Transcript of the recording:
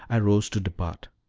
i rose to depart.